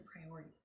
priority